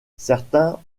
certains